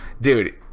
Dude